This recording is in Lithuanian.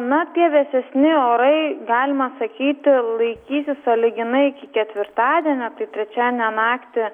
na tie vėsesni orai galima sakyti laikysis sąlyginai iki ketvirtadienio tai trečiadienio naktį